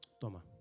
Toma